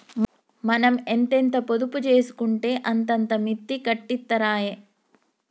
మనం ఎంతెంత పొదుపు జేసుకుంటే అంతంత మిత్తి కట్టిత్తరాయె